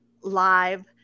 live